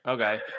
okay